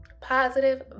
Positive